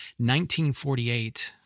1948